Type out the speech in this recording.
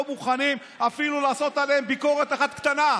מוכנים אפילו לעשות עליהם ביקורת אחת קטנה,